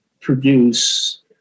produce